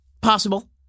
Possible